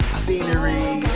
scenery